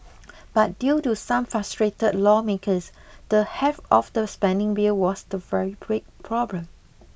but due to some frustrated lawmakers the heft of the spending bill was the very problem